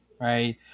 right